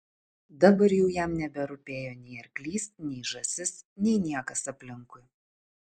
dabar jau jam neberūpėjo nei arklys nei žąsis nei niekas aplinkui